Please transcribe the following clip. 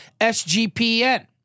SGPN